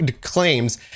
claims